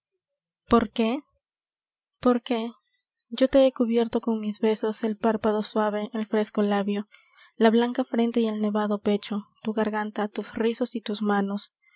por qué por qué yo te he cubierto con mis besos el párpado süave el fresco labio la blanca frente y el nevado pecho tu garganta tus rizos y tus manos